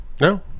No